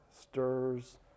stirs